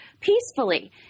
peacefully